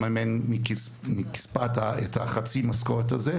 הקופה מממנת מכספה את חצי המשכורת הזו,